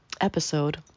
episode